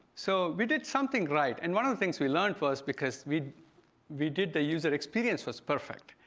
so we did something right. and one of the things we learned for us because we we did the user experience was perfect.